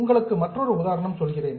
உங்களுக்கு மற்றொரு உதாரணம் சொல்கிறேன்